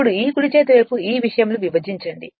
ఇప్పుడు ఈ కుడి చేతి వైపు ఈ విషయం లు విభజించండి